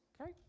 Okay